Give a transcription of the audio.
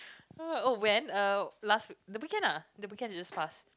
oh when uh last the weekend lah the weekend is just passed